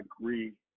agree